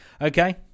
okay